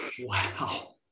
wow